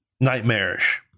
nightmarish